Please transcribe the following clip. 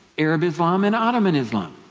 arab islam, and ottoman islam.